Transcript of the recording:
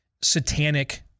satanic